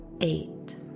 eight